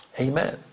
Amen